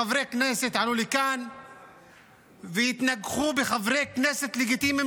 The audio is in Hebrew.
חברי כנסת עלו לכאן והתנגחו בחברי כנסת לגיטימיים,